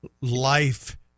life